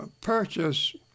purchase